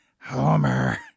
Homer